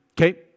Okay